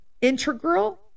Integral